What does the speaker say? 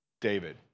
David